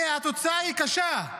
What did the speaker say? והתוצאה היא קשה.